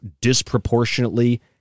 disproportionately